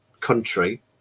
country